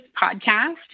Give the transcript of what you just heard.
podcast